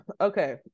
okay